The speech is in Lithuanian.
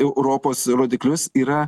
europos rodiklius yra